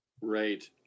Right